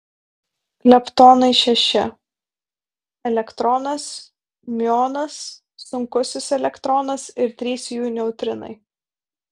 leptonai šeši elektronas miuonas sunkusis elektronas ir trys jų neutrinai